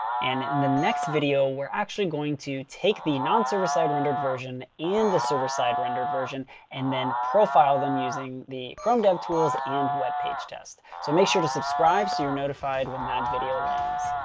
and in the next video, we're actually going to take the non-server-side rendered version and the server-side rendered version and then profile them using the chrome devtools and webpagetest. so make sure to subscribe so you're notified when that video lands.